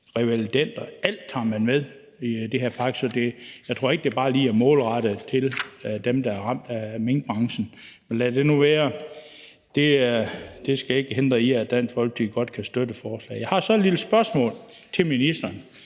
revalidender – alt tager man med – med i den her pakke, tror jeg ikke, det bare lige er målrettet dem, der er ramt i minkbranchen. Men lad det nu være. Det skal ikke hindre, at Dansk Folkeparti godt kan støtte forslaget. Jeg har så et lille spørgsmål til ministeren,